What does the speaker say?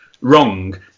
wrong